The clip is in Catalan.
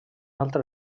altre